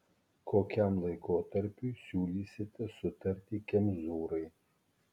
kokiam laikotarpiui siūlysite sutartį kemzūrai